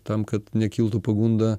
tam kad nekiltų pagunda